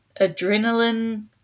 adrenaline